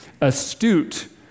astute